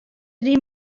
dyn